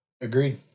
Agreed